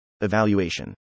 Evaluation